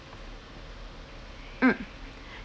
mm